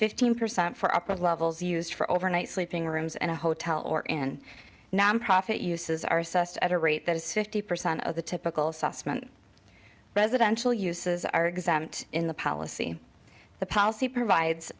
fifteen percent for upper levels used for overnight sleeping rooms and a hotel or in nonprofit uses are sussed at a rate that is fifty percent of the typical susman residential uses are exempt in the policy the policy provides